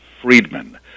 Friedman